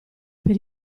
per